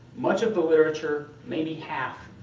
much of the literature maybe half,